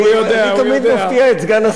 אני תמיד מפתיע את סגן השר כהן.